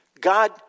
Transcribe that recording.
God